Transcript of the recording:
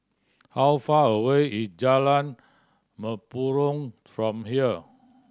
how far away is Jalan Mempurong from here